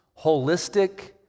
holistic